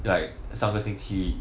like 上个星期